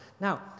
Now